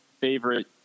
favorite